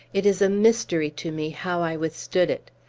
it is a mystery to me how i withstood it.